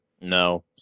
No